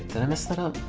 and i miss but